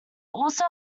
also